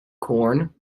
corn